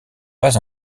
pas